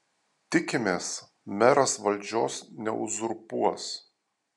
tikimės meras valdžios neuzurpuos